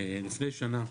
לפני שנה,